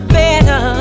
better